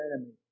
enemy